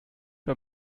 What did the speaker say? bei